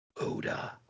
Oda